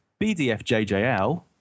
BDFJJL